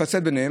לפצל אותן.